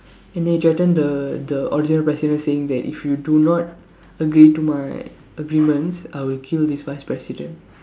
and then the the original president saying that if you do not agree to my agreements I will kill this vice president